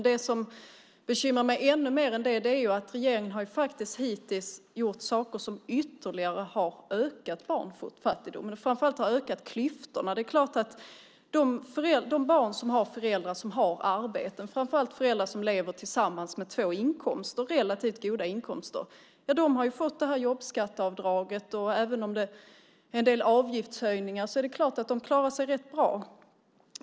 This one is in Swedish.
Det som bekymrar mig ännu mer är att regeringen hittills faktiskt har gjort saker som ytterligare har ökat barnfattigdomen och framför allt ökat klyftorna. Barn till föräldrar som har arbeten, framför allt föräldrar som lever tillsammans och har två relativt goda inkomster, har fått jobbskatteavdraget. Och även om det är en del avgiftshöjningar är det klart att de klarar sig rätt bra.